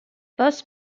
both